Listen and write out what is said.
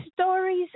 stories